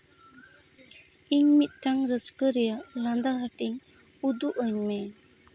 ᱤᱧ ᱢᱤᱫᱴᱟᱝ ᱨᱟᱹᱥᱠᱟᱹ ᱨᱮᱭᱟᱜ ᱞᱟᱸᱫᱟ ᱦᱟᱹᱴᱤᱧ ᱩᱫᱩᱜ ᱟᱹᱧᱢᱮ